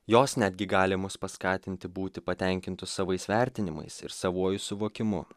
jos netgi gali mus paskatinti būti patenkintu savais vertinimais ir savuoju suvokimu